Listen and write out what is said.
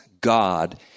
God